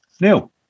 Neil